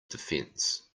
defense